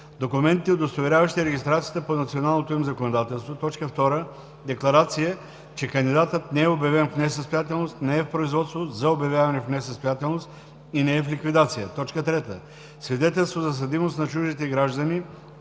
документите, удостоверяващи регистрацията по националното им законодателство; 2. декларация, че кандидатът не е обявен в несъстоятелност, не е в производство за обявяване в несъстоятелност и не е в ликвидация; 3. свидетелство за съдимост на чуждите граждани,